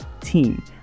team